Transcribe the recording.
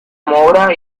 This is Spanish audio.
moura